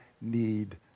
need